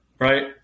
Right